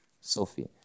Sophie